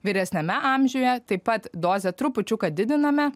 vyresniame amžiuje taip pat dozę trupučiuką didiname